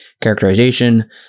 characterization